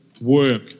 work